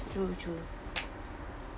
true true